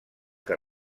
que